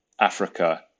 Africa